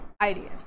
ideas